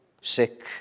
sick